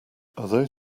although